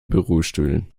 bürostühlen